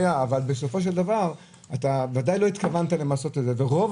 בסופו של דבר ודאי לא התכוונת למיסוי של רב-פעמי.